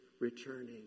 returning